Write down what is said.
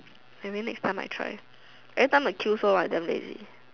maybe next time I try every time the queue so long I damn lazy